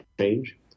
change